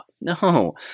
no